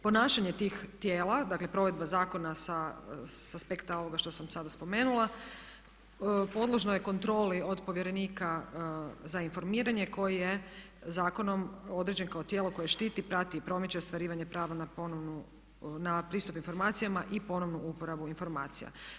Ponašanje tih tijela, dakle provedba zakona sa aspekta što sam sada spomenula podložno je kontroli od povjerenika za informiranje koji je zakonom određen kao tijelo koje štiti, prati i promiče ostvarivanje prava na ponovnu, na pristup informacijama i ponovnu uporabu informacija.